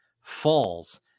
falls